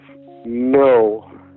no